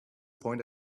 point